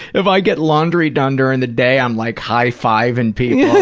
if i get laundry done during the day, i'm like high-fiving people,